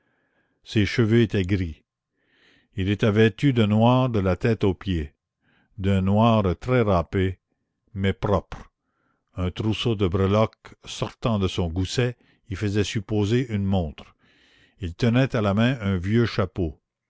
ses cheveux étaient gris il était vêtu de noir de la tête aux pieds d'un noir très râpé mais propre un trousseau de breloques sortant de son gousset y faisait supposer une montre il tenait à la main un vieux chapeau